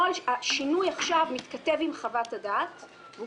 השינוי עכשיו מתכתב עם חוות הדעת והוא